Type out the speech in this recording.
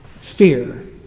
Fear